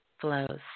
flows